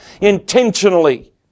intentionally